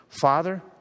Father